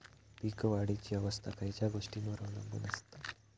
पीक वाढीची अवस्था खयच्या गोष्टींवर अवलंबून असता?